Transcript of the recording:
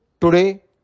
Today